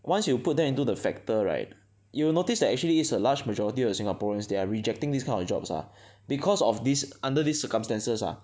once you put them into the factor right you will notice that actually is a large majority of singaporeans they are rejecting this kind of jobs ah because of this under these circumstances ah